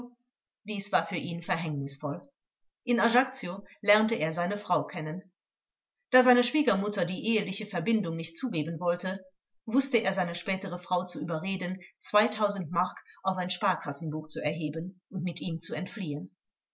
dies war für ihn verhängnisvoll in ajaccio lernte er seine frau kennen da seine schwiegermutter die eheliche verbindung nicht zugeben wollte wußte er seine spätere frau zu überreden zweitausend mark auch ein sparkassenbuch zu erheben und mit ihm zu entfliehen